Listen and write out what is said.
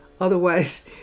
Otherwise